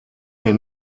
mir